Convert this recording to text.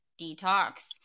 detox